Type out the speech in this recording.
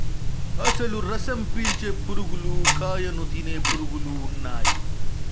అసలు రసం పీల్చే పురుగులు కాయను తినే పురుగులు ఉన్నయ్యి